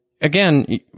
again